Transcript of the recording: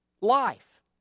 life